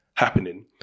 happening